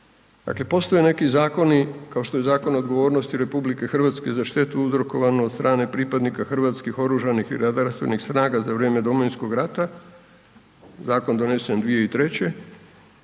Dakle, postoje neki zakoni, kao što je Zakon odgovornosti RH za štetu uzrokovanu od strane pripadnika hrvatskih oružanih i redarstvenih snaga za vrijeme Domovinskog rata, zakon donesen 2003. a odnosi